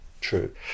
true